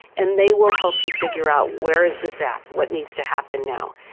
and they will help you figure out, where is this at, what needs to happen now?